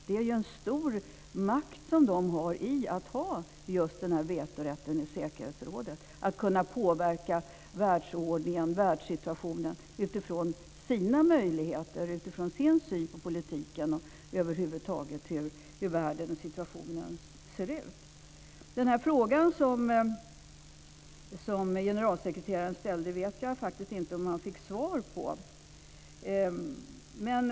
Det är en stor makt att ha vetorätten i säkerhetsrådet, att kunna påverka världsordningen, världssituationen, utifrån sina möjligheter, sin syn på politiken, hur situationen i världen ska se ut. Jag vet inte om generalsekreteraren fick svar på sin fråga.